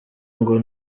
ngo